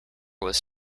was